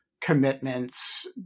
commitments